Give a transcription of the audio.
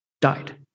died